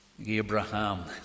Abraham